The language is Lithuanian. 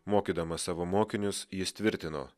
mokydamas savo mokinius jis tvirtino